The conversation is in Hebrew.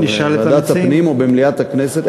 בוועדת הפנים או במליאת הכנסת,